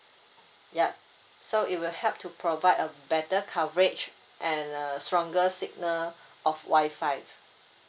yup so it will help to provide a better coverage and a stronger signal of wi-fi